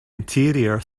interior